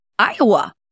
Iowa